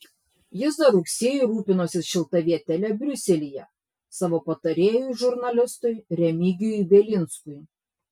jis dar rugsėjį rūpinosi šilta vietele briuselyje savo patarėjui žurnalistui remigijui bielinskui